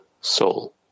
soul